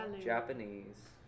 Japanese